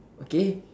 okay